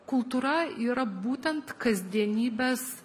kultūra yra būtent kasdienybės